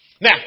Now